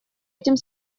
этим